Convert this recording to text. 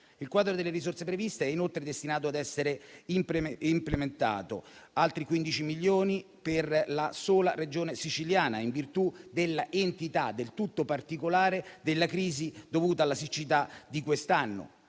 Il quadro delle risorse previste è inoltre destinato ad essere implementato di altri 15 milioni per la sola Regione Siciliana, in virtù dell'entità del tutto particolare della crisi dovuta alla siccità di quest'anno.